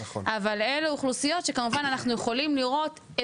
אבל אלו אוכלוסיות שאנחנו יכולים לראות לגביהן